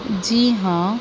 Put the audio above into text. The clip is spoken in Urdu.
جی ہاں